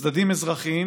לצדדים אזרחיים